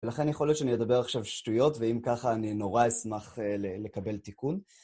ולכן יכול להיות שאני אדבר עכשיו שטויות, ואם ככה אני נורא אשמח לקבל תיקון.